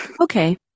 Okay